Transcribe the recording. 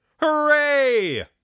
Hooray